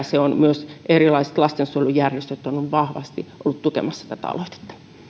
se on myös erilaiset lastensuojelujärjestöt ovat vahvasti olleet tukemassa tätä aloitetta